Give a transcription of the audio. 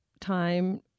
time